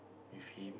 with him